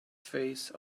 phase